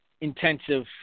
intensive